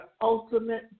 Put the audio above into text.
ultimate